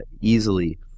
easily